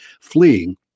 fleeing